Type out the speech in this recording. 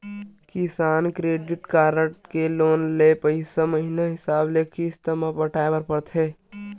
किसान credit card के loan के पइसा ल महिना हिसाब म किस्त म पटाए ल परथे